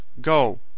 Go